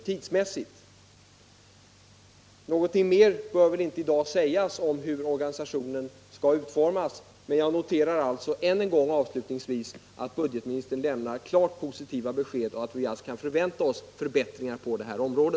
Något ytterligare bör kanske inte i dag sägas när det gäller hur organisationen skall utformas, utan jag noterar avslutningsvis att budgetministern har lämnat klart positiva besked och att vi alltså kan förvänta oss förbättringar på detta område.